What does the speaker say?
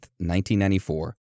1994